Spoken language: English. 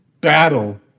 battle